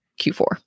Q4